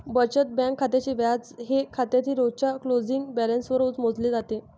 बचत बँक खात्याचे व्याज हे खात्यातील रोजच्या क्लोजिंग बॅलन्सवर रोज मोजले जाते